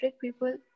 people